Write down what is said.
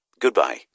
Goodbye